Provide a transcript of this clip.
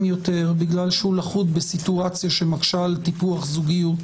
יותר בגלל שהוא לכוד בסיטואציה שמקשה על טיפוח זוגיות